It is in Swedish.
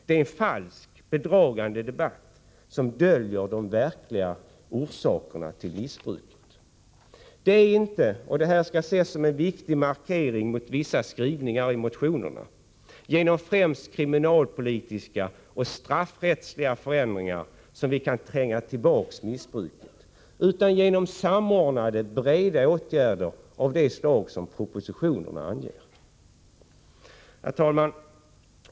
Det är en falsk, bedragande debatt, som döljer de verkliga orsakerna till missbruket. Det är inte — och detta skall ses som en viktig markering mot vissa skrivningar i motionerna — genom främst kriminalpolitiska och straffrättsliga förändringar som vi kan tränga tillbaka missbruket, utan genom samordnade, breda åtgärder av det slag som propositionerna anger. Herr talman!